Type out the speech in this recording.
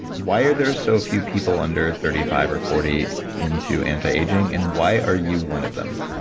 why are there so few people under thirty five or forty into anti-aging and why are you one of them?